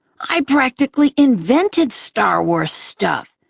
i practically invented star wars stuff!